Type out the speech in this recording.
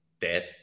dead